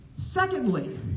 Secondly